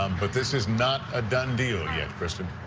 um but this is not a done deal yet, kristin.